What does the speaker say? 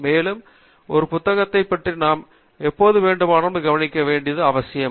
மேலும் ஒரு புத்தகத்தைப் பற்றி நாம் எப்போது வேண்டுமானாலும் கவனிக்க வேண்டியது அவசியம்